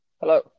Hello